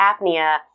apnea